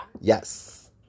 Yes